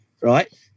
right